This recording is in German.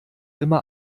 immer